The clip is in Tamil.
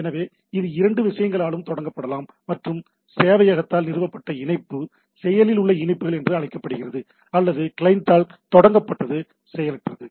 எனவே இது இரண்டு விஷயங்களாலும் தொடங்கப்படலாம் மற்றும் சேவையகத்தால் நிறுவப்பட்ட இணைப்பு செயலில் உள்ள இணைப்புகள் என்று அழைக்கப்படுகிறது அல்லது கிளையண்டால் தொடங்கப்பட்டது செயலற்றது